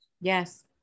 Yes